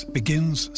begins